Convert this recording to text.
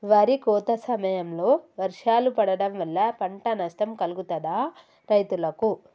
వరి కోత సమయంలో వర్షాలు పడటం వల్ల పంట నష్టం కలుగుతదా రైతులకు?